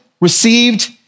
received